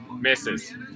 misses